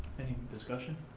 any discussion?